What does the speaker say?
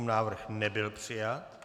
Návrh nebyl přijat.